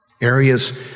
areas